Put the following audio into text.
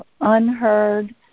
unheard